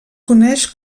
coneix